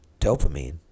dopamine